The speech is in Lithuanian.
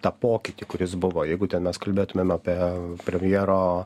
tą pokytį kuris buvo jeigu ten mes kalbėtumėm apie premjero